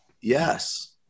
Yes